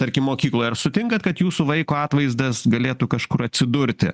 tarkim mokykloj ar sutinkat kad jūsų vaiko atvaizdas galėtų kažkur atsidurti